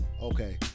Okay